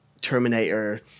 Terminator